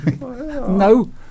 No